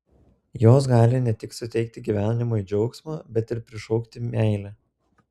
jos gali ne tik suteikti gyvenimui džiaugsmo bet ir prišaukti meilę